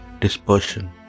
Dispersion